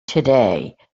today